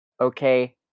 okay